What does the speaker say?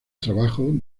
trabajos